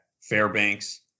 Fairbanks